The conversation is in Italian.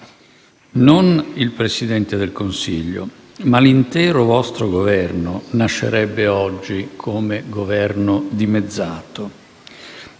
Non il Presidente del Consiglio, ma l'intero vostro Governo nascerebbe oggi come Governo dimezzato